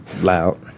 loud